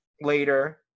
later